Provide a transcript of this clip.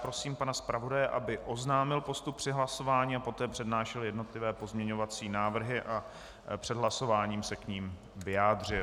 Prosím pana zpravodaje, aby oznámil postup hlasování a poté přednášel jednotlivé pozměňovací návrhy a před hlasováním se k nim vyjádřil.